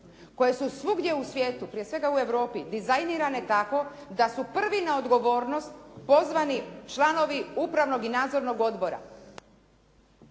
koje su svugdje u svijetu, prije svega u Europi dizajnirane tako da su prvi na odgovornost pozvani članovi upravnog i nadzornog odbora.